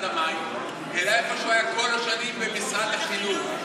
המים אלא איפה שהוא היה כל השנים: במשרד החינוך.